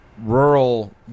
rural